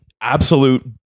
absolute